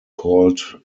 called